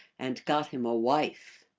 and got him a wife.